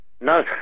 No